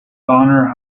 bonner